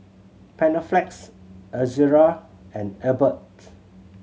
Panaflex Ezerra and Abbott